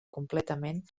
completament